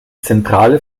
zentrale